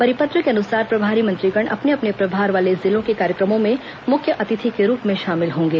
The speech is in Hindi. परिपत्र के अनुसार प्रभारी मंत्रीगण अपने अपने प्रभार वाले जिलों के कार्यक्रमों में मुख्य अतिथि के रूप में शामिल होंगे